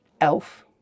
Elf